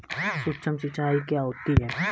सुक्ष्म सिंचाई क्या होती है?